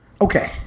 Okay